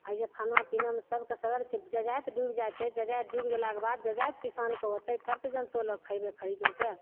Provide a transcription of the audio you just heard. आब जे खाना पीनामे सबके सगर जजाति डूबि जाइ छै जजाति डूबि गेलाक बाद जजाति किसानके होतय तब तऽ जनतो लोग खयबय खरीदोके